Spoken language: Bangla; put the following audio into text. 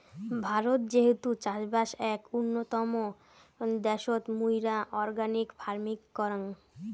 ভারত যেহেতু চাষবাস এক উন্নতম দ্যাশোত, মুইরা অর্গানিক ফার্মিং করাং